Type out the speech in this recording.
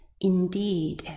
Indeed